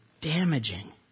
damaging